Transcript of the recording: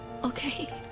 Okay